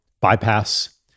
bypass